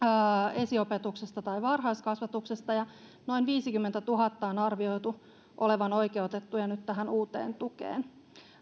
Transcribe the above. esiopetuksesta tai varhaiskasvatuksesta ja noin viisikymmentätuhatta on arvioitu olevan oikeutettuja nyt tähän uuteen tukeen